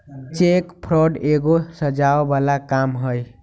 cheque fraud एगो सजाओ बला काम हई